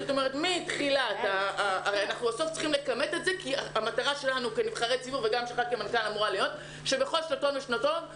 אנחנו כחברי כנסת צריכים לראות את כל התמונה.